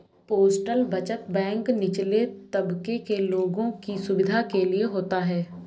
postal बचत bank निचले तबके के लोगों की सुविधा के लिए होता है